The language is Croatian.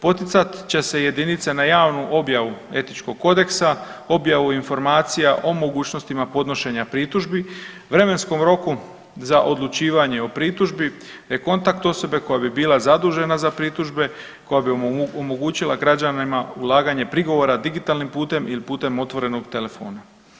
Poticat će se jedinice na javnu objavu Etičkog kodeksa, objavu informacija o mogućnostima podnošenja pritužbi, vremenskom roku za odlučivanje o pritužbi te kontakt osobe koja bi bila zadužena za pritužbe i koja bi omogućila građanima ulaganje prigovora digitalnim putem ili putem otvorenog telefona.